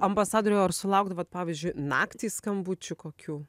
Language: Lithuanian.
ambasadoriau ar sulaukdavot pavyzdžiui naktį skambučių kokių